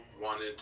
wanted